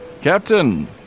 Captain